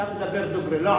אתה מדבר דוגרי,